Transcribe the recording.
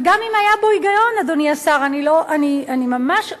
וגם אם היה בו היגיון, אדוני השר, אני ממש אומרת,